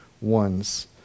ones